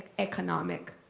economic.